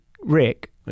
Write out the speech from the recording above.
Rick